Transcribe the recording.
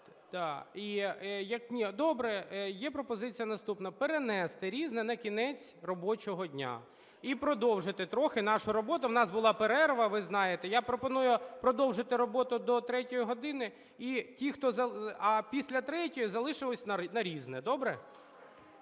добре. Є пропозиція наступна: перенести "Різне" на кінець робочого дня і продовжити трохи нашу роботу. В нас була перерва, ви знаєте, я пропоную продовжити роботу до третьої години. А після третьої залишитися на "Різне". Добре?